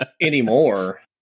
Anymore